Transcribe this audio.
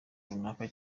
kanaka